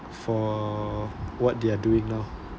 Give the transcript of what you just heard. for what they are doing now